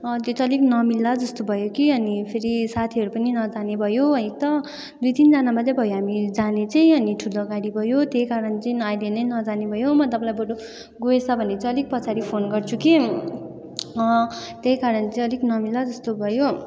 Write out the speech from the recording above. त्यो त अलिक नमिल्ला जस्तो भयो कि अनि फेरि साथीहरू पनि नजाने भयो है त दुई तिनजना मात्रै भयो हामी जाने चाहिँ अनि ठुलो गाडी भयो त्यही कारण चाहिँ अहिले नै नजाने भयो म तपाईँलाई बरु गएछ भने चाहिँ अलिक पछाडि फोन गर्छु कि त्यही कारण चाहिँ अलिक नमिल्ला जस्तो भयो